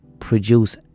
produce